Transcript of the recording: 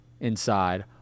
inside